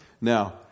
now